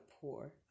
pour